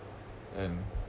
and